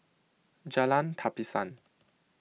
Jalan Tapisan